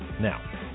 Now